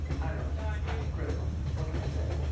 i don't know just critical what can i say.